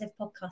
podcast